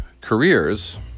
careers